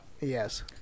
Yes